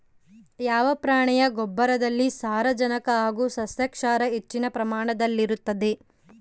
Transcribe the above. ಯಾವ ಪ್ರಾಣಿಯ ಗೊಬ್ಬರದಲ್ಲಿ ಸಾರಜನಕ ಹಾಗೂ ಸಸ್ಯಕ್ಷಾರ ಹೆಚ್ಚಿನ ಪ್ರಮಾಣದಲ್ಲಿರುತ್ತದೆ?